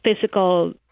physical